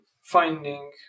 finding